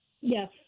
Yes